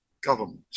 government